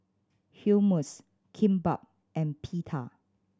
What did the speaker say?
Hummus Kimbap and Pita